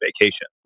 vacation